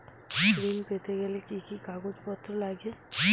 ঋণ পেতে গেলে কি কি কাগজপত্র লাগে?